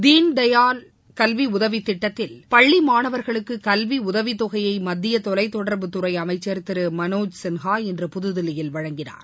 தயாள் கல்வி உதவித்திட்டத்தில் பள்ளி மாணவர்களுக்கு கல்வி உதவித்தொகையை மத்திய தீன் தொலைத்தொடர்புத்துறை அமைச்சர் திரு மனோஜ் சின்ஹா இன்று புதுதில்லியில் வழங்கினார்